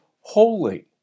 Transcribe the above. holy